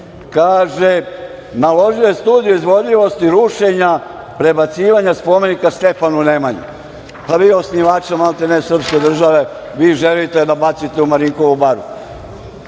Kaže – naložio je studiju izvodljivosti rušenja, prebacivanja spomenika Stefanu Nemanji. Pa vi osnivača maltene srpske države vi želite da bacite u Marinkovu baru